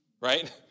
right